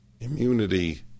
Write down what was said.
Immunity